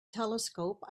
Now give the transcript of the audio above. telescope